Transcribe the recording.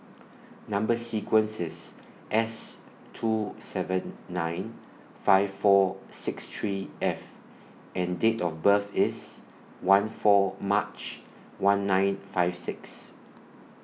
Number sequence IS S two seven nine five four six three F and Date of birth IS one four March one nine five six